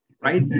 right